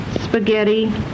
spaghetti